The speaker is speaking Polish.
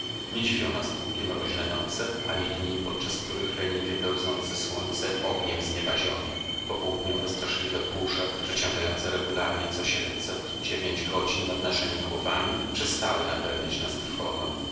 dziwią nas długie mroźne noce ani dni podczas których leniwie pełznące słońce ogniem z nieba zionie popołudniowe straszliwe burze przeciągające regularnie co siedmset dziewięć godzin nad naszemi głowami przestały napełniać nas trwogą